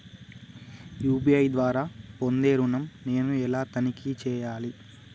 UPI ద్వారా పొందే ఋణం నేను ఎలా తనిఖీ చేయాలి?